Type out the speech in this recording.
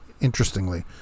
interestingly